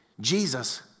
Jesus